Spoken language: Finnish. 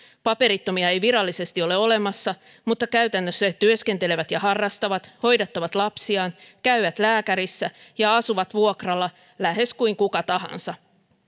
paperittomia ei virallisesti ole olemassa mutta käytännössä he työskentelevät ja harrastavat hoidattavat lapsiaan käyvät lääkärissä ja asuvat vuokralla lähes kuten kuka tahansa